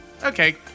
Okay